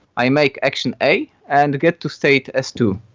i make action a and get to state s two.